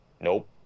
nope